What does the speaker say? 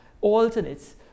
alternates